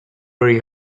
very